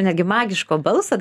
negi magiško balso